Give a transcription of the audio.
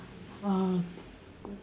uh